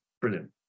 brilliant